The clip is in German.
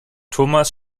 thomas